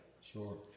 Sure